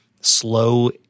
slow